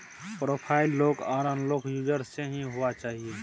profile lock आर unlock user से ही हुआ चाहिए